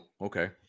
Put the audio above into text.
okay